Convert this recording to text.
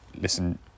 listen